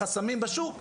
שנותן חופש,